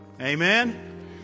Amen